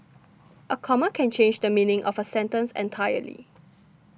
a comma can change the meaning of a sentence entirely